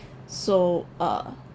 so uh